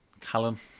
Callum